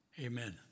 amen